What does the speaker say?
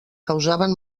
causaven